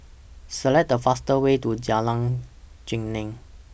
Select The fastest Way to Jalan Geneng